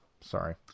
Sorry